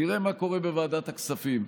תראה מה קורה בוועדת הכספים.